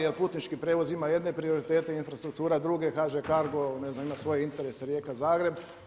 Jer putnički prijevoz ima jedne prioritete, infrastruktura druge, HŽ Cargo ne znam ima svoje interese Rijeka – Zagreb.